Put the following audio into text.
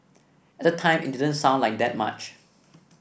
at the time it didn't sound like that much